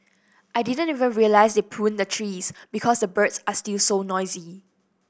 I didn't even realise they pruned the trees because the birds are still so noisy